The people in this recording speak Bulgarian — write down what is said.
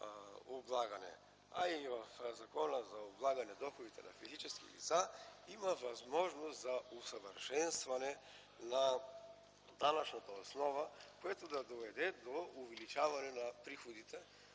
облагане, а и в Закона за облагане доходите на физическите лица има възможност за усъвършенстване на данъчната основа, което да доведе до увеличаване на приходите